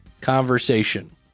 conversation